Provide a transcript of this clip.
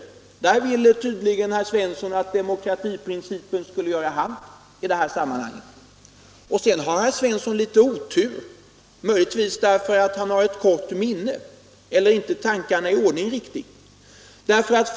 Där vill tydligen herr Svensson att demokratiprincipen skall göra halt. Sedan har herr Svensson litet otur, möjligtvis därför att han har ett kort minne eller inte har tankarna riktigt i ordning.